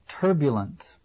turbulent